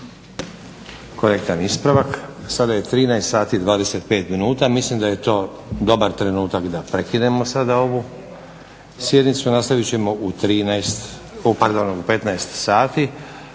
Korektan ispravak. Sada je 13 sati i 25 minuta mislim da je to dobar trenutak da prekinemo sada ovu sjednicu, nastaviti ćemo u 15,00 sati